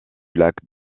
lac